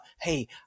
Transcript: hey